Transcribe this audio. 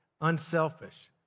unselfish